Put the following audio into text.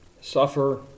suffer